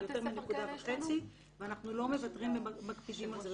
יותר מנקודה וחצי ואנחנו לא מוותרים ומקפידים על זה,